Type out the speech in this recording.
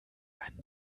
ein